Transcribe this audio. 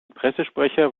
pressesprecher